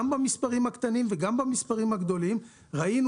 גם במספרים הקטנים וגם במספרים הגדולים ראינו